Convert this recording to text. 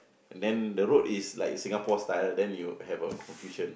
then the road is like Singapore style then you have a confusion